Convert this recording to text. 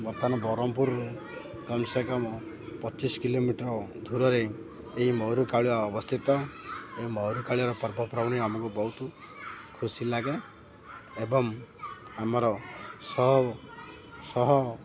ବର୍ତ୍ତମାନ ବ୍ରହ୍ମପୁରରୁ କମ୍ ସେ କମ୍ ପଚିଶ କିଲୋମିଟର ଦୂରରେ ଏହି ମହୁରୀ କାଳୁଆ ଅବସ୍ଥିତ ଏହି ମହୁରୀ କାଳୁଆର ପର୍ବପର୍ବାଣୀ ଆମକୁ ବହୁତ ଖୁସି ଲାଗେ ଏବଂ ଆମର ଶହ ଶହ